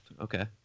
Okay